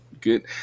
good